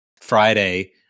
Friday